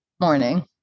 Morning